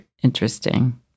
Interesting